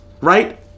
right